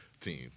Team